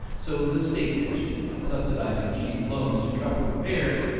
so the state pitched in by subsidizing cheap loans to cover repairs.